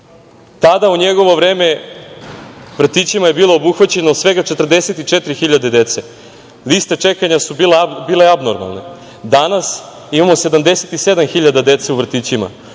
Tada, u njegovo vreme vrtićima je bilo obuhvaćeno svega 44.000 dece. Liste čekanja su bile abnormalne. Danas imamo 77.000 dece u vrtićima,